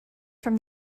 from